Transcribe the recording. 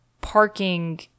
parking